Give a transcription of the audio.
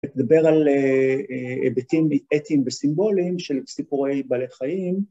נדבר על היבטים אתיים וסימבוליים של סיפורי בעלי חיים.